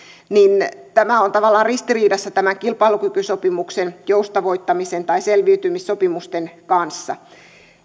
niin tämä on tavallaan ristiriidassa tämän kilpailukykysopimuksen joustavoittamisen tai selviytymissopimusten kanssa